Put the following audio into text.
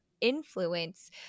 influence